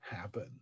happen